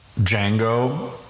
Django